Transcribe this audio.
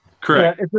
Correct